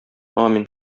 амин